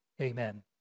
Amen